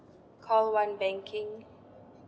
call one banking